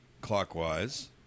clockwise